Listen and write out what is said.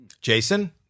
Jason